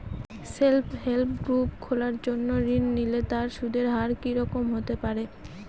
Self help group খোলার জন্য ঋণ নিলে তার সুদের হার কি রকম হতে পারে?